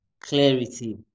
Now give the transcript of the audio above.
clarity